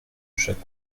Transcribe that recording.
chaque